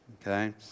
Okay